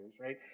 right